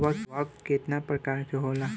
उर्वरक केतना प्रकार के होला?